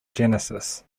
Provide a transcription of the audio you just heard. genesis